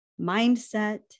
mindset